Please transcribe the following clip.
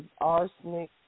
arsenic